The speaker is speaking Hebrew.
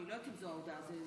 בבקשה.